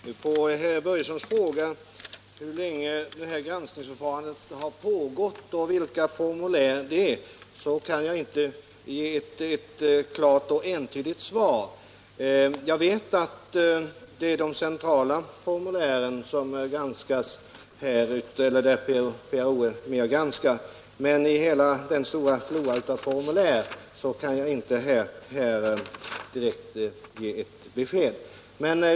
Herr talman! På herr Börjessons i Falköping fråga hur länge granskningsförfarandet har pågått och vilka formulär granskningen avser kan jag inte ge ett klart och entydigt svar. Jag vet att det är de centrala formulären som Pensionärernas riksorganisation är med och granskar, men i fråga om hela floran av formulär kan jag här inte ge ett direkt besked.